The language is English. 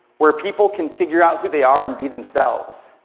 where people can figure out who they are and be themselves,